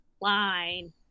line